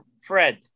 Fred